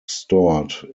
stored